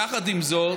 יחד עם זאת,